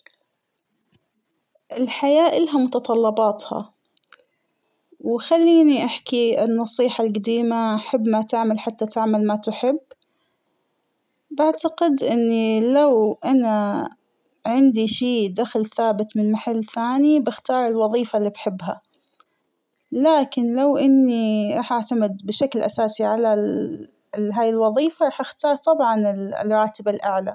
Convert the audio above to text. الحياة إلها متطلباتها ، وخلينى أحكى نصيحة قديمة: حب ما تعمل حتى تعمل ما تحب ، أعتقد إنى لو انا عندى شى دخل ثابت من محل ثانى بختارالوظيفة اللى بحبها ، لكن لو أنى بعتمد بشكل أساسى على هاى الوظيفة راح أختار طبعا الراتب الأعلى.